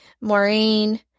Maureen